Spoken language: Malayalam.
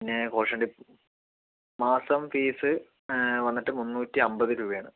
പിന്നെ കോഷൻ ഡെപ്പോ മാസം ഫീസ് വന്നിട്ട് മുന്നൂറ്റി അൻപത് രൂപയാണ്